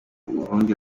urundi